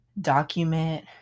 document